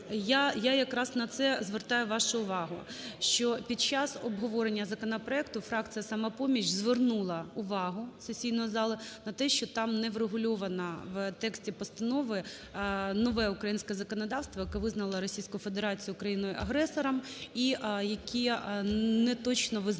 я якраз на це звертаю вашу увагу. Що під час обговорення законопроекту, фракція "Самопоміч" звернула увагу сесійної зали на те, що там не врегульоване, в тексті постанови, нове українське законодавство, яке визнало Російську Федерацію країною-агресором і яке не точно визнає,